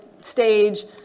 stage